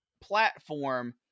platform